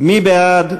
מי בעד?